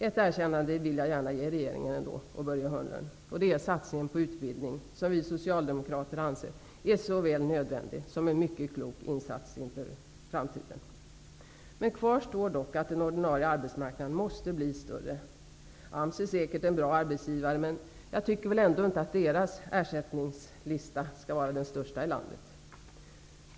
Ett erkännande vill jag ändå ge regeringen och Börje Hörnlund, och det gäller satsningen på utbildning, som vi socialdemokrater anser är såväl nödvändig som en mycket klok insats för framtiden. Kvar står dock att den ordinarie arbetsmarknaden måste bli större. AMS är säkert en bra arbetsgivare, men jag tycker ändå inte att dess ersättningslista skall vara den största i landet.